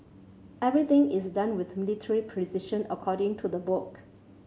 everything is done with military precision according to the book